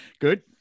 Good